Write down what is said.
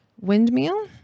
windmill